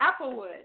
Applewood